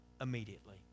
immediately